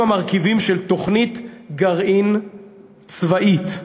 אלה המרכיבים של תוכנית גרעין צבאית.